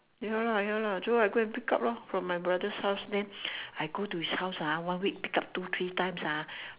ya lah ya lah so I go and pick up lor from my brother's house then I go to his house ah one week pick up two three times ah